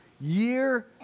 year